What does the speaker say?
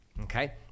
Okay